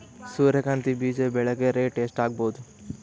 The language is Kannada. ಸೂರ್ಯ ಕಾಂತಿ ಬೀಜ ಬೆಳಿಗೆ ರೇಟ್ ಎಷ್ಟ ಆಗಬಹುದು?